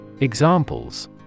Examples